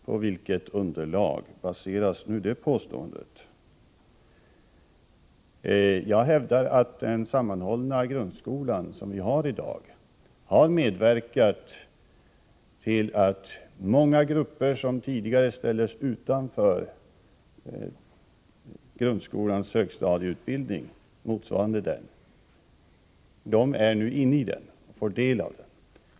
På vilket underlag baseras det påståendet? Jag hävdar att den sammanhållna grundskolan, som vi har i dag, har medverkat till att många grupper som tidigare ställdes utanför en utbildning motsvarande grundskolans högstadium nu får del av sådan utbildning.